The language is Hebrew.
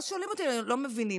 ואז שואלים אותי: אם הם מבינים,